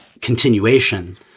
continuation